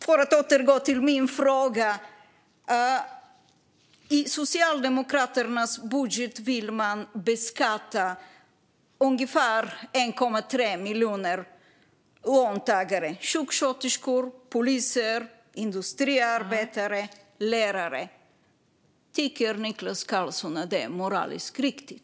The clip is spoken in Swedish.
För att återgå till min fråga: I Socialdemokraternas budget vill man beskatta ungefär 1,3 miljoner löntagare - sjuksköterskor, poliser, industriarbetare, lärare. Tycker Niklas Karlsson att detta är moraliskt riktigt?